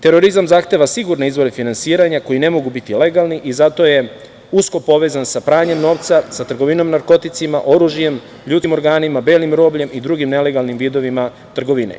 Terorizam zahteva sigurne izvore finansiranja koji ne mogu biti legalni i zato je usko povezan sa pranjem novca, sa trgovinom narkoticima, oružjem, ljudskim organima, belim robljem i drugim nelegalnim vidovima trgovine.